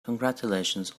congratulations